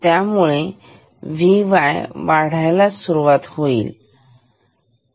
त्यामुळे Vy वाढायला सुरुवात र्हाईल